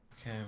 Okay